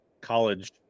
college